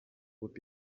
would